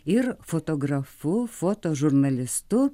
ir fotografu fotožurnalistu